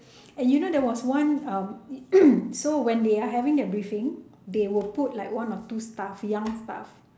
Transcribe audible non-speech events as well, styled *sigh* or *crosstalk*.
and you there was one um *coughs* so when they are having their briefing they will put like one or two staff young staff